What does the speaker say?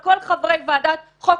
על כל חברי ועדת חוק,